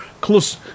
close